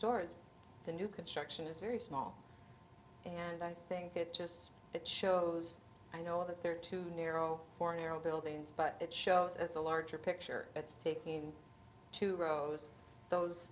door in the new construction is very small and i think it just it shows i know that they're too narrow or narrow buildings but it shows as a larger picture it's taking two rows those